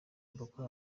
boko